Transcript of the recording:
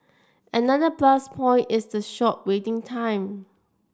another plus point is the short waiting time